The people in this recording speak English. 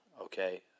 okay